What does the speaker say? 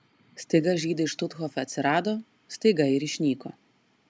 staiga žydai štuthofe atsirado staiga ir išnyko